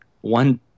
one